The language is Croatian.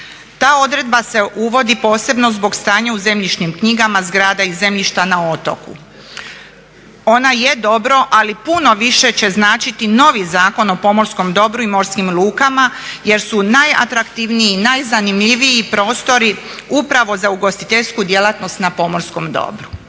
Ta odredba se uvodi posebno zbog stanja u zemljišnim knjigama zgrada i zemljišta na otoku. Ona je dobro, ali puno više će značiti novi Zakon o pomorskom dobru i morskim lukama jer su najatraktivniji, najzanimljiviji prostori upravo za ugostiteljsku djelatnost na pomorskom dobru.